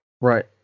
right